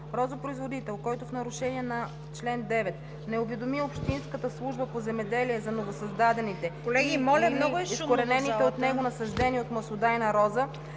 Розопроизводител, който в нарушение на чл. 9 не уведоми общинската служба по земеделие за новосъздадените и/или изкоренените от него насаждения от маслодайна роза,